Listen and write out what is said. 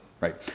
right